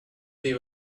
they